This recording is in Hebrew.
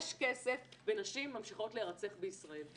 יש כסף ונשים ממשיכות להירצח בישראל.